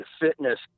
fitness